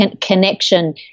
Connection